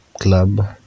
club